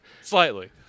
Slightly